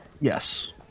Yes